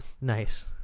Nice